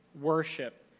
worship